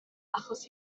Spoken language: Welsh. achos